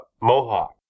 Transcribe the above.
Mohawk